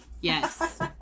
Yes